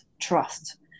trust